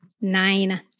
nine